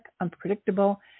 unpredictable